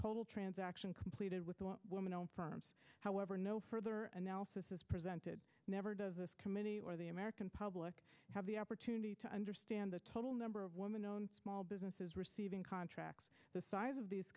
total transaction completed with however no further analysis is presented never does this committee or the american public have the opportunity to understand the total number of women own small businesses receiving contracts the size of these